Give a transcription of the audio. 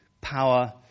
power